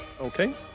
Okay